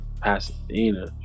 Pasadena